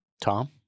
Tom